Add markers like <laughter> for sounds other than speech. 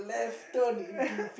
uh <laughs>